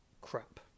crap